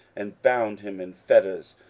and bound him in fetters,